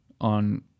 on